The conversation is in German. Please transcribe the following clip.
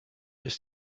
ist